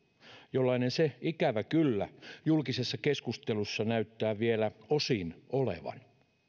jollainen se ikävä kyllä julkisessa keskustelussa näyttää vielä osin olevan